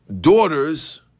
daughters